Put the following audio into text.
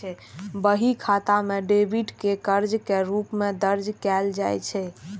बही खाता मे डेबिट कें कर्ज के रूप मे दर्ज कैल जाइ छै